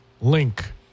link